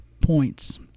points